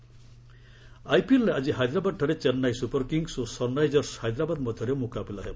IPL ଆଇପିଏଲ୍ରେ ଆଜି ହାଇଦ୍ରାବାଦ୍ଠାରେ ଚେନ୍ନାଇ ସୁପର୍ କିଙ୍ଗ୍ସ୍ ଓ ସନ୍ରାଜସର୍ଜ ହାଇଦ୍ରାବାଦ ମଧ୍ୟରେ ମୁକାବିଲା ହେବ